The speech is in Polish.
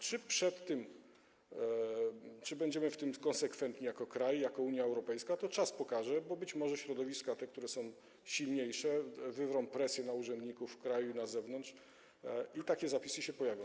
Czy będziemy w tym konsekwentni jako kraj, jako Unia Europejska, to czas pokaże, bo być może te środowiska, które są silniejsze, wywrą presję na urzędników w kraju i na zewnątrz i takie zapisy się pojawią.